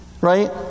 right